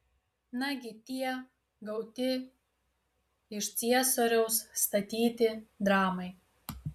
nagi tie gauti iš ciesoriaus statyti dramai